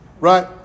Right